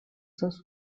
das